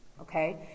okay